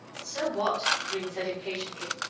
so what? ringg said impatiently,